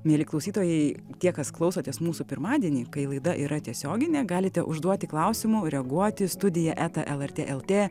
mieli klausytojai tie kas klausotės mūsų pirmadienį kai laida yra tiesioginė galite užduoti klausimų reaguoti studija eta lrt lt